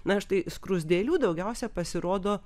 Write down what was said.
na štai skruzdėlių daugiausia pasirodo